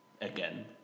again